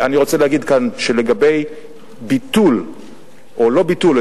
אני רוצה להגיד כאן שלגבי ביטול לא ביטול,